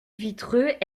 vitreux